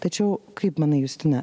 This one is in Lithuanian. tačiau kaip manai justina